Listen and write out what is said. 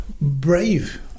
brave